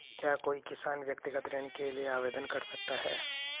क्या कोई किसान व्यक्तिगत ऋण के लिए आवेदन कर सकता है?